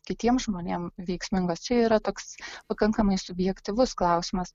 kitiems žmonėm veiksmingos čia yra toks pakankamai subjektyvus klausimas